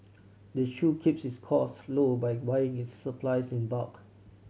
the shop keeps its costs low by buying its supplies in bulk